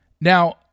Now